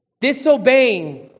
disobeying